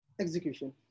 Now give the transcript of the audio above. Execution